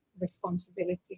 responsibility